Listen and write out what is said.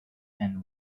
and